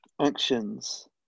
actions